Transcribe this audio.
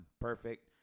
Perfect